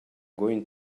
going